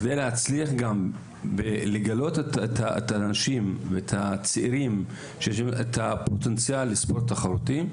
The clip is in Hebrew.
בכדי להצליח לגלות את הפוטנציאל של הצעירים לספורט תחרותי,